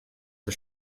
das